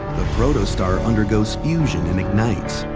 the protostar undergoes fusion and ignites,